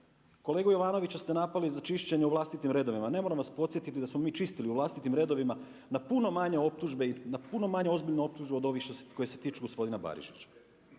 kolegu Jovanovića ste napali za čišćenje u vlastitim redovima. Ne moram vas podsjetiti da smo čistili u vlastitim redovima na puno manje optužbe i na puno manje ozbiljne optužbe od ovih koje se tiču gospodina Barišića.